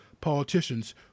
politicians